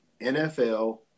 NFL